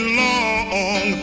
long